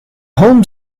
home